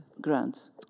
grants